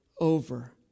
over